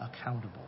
accountable